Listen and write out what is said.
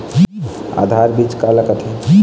आधार बीज का ला कथें?